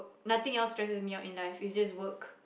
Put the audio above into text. nothing else stresses me out in life it's just work